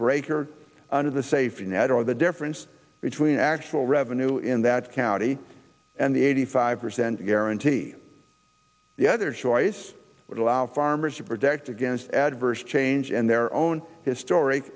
cure under the safety net or the difference between actual revenue in that county and the eighty five percent guarantee the other choice would allow farmers to protect against adverse change in their own historic